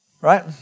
Right